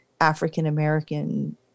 African-American